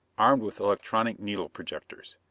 armed with electronic needle projectors.